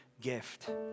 gift